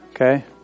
Okay